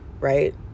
right